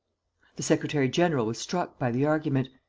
the secretary-general was struck by the argument.